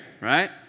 right